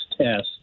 test